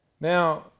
Now